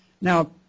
now